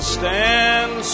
stand